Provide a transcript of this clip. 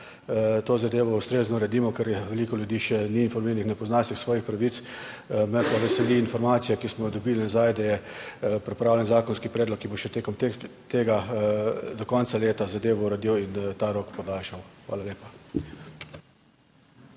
to zadevo ustrezno uredimo, ker je, veliko ljudi še ni informiranih, ne pozna vseh svojih pravic, me pa veseli informacija, ki smo jo dobili nazaj, da je pripravljen zakonski predlog, ki bo še tekom tega, do konca leta zadevo uredil in ta rok podaljšal. Hvala lepa.